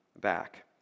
back